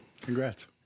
congrats